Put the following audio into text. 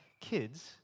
kids